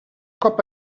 cop